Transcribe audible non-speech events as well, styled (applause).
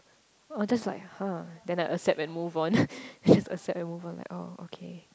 I'll just like !huh! then I accept and move on (laughs) I just accept and move on like orh okay